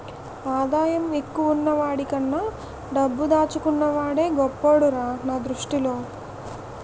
ఆదాయం ఎక్కువున్న వాడికన్నా డబ్బు దాచుకున్న వాడే గొప్పోడురా నా దృష్టిలో